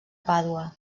pàdua